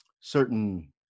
certain